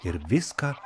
ir viską